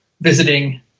visiting